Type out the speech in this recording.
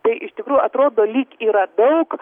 tai iš tikrųjų atrodo lyg yra daug